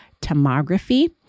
tomography